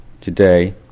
today